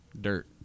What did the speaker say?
Dirt